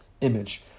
image